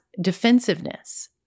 defensiveness